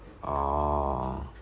orh